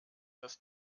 das